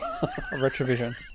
Retrovision